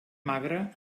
magre